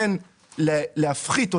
לכבוד יום ההולדת שלך לפחות?